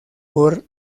por